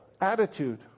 attitude